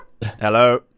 hello